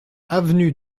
avenue